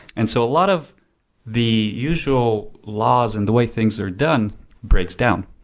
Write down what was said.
and so a lot of the usual laws and the way things are done breaks down